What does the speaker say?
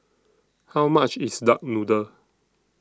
How much IS Duck Noodle